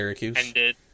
ended